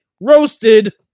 Roasted